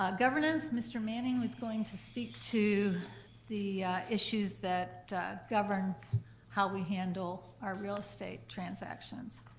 ah governance, mr. manning was going to speak to the issues that govern how we handle our real estate transactions.